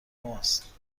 ماست